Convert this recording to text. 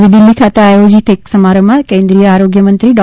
નવી દિલ્ફી ખાતે આયોજીત એક સમારંભમાં કેન્દ્રીય આરોગ્યમંત્રી ડૉ